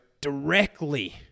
directly